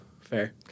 fair